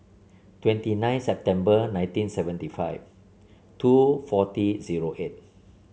twenty nine September nineteen seventy five two forty zero eight